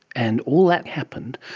and all that happened.